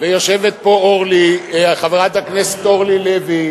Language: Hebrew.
יושבת פה חברת הכנסת אורלי לוי,